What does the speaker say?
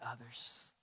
others